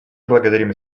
благодарим